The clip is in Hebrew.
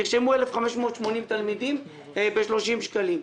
נרשמו 1,580 תלמידים ב-30 שקלים.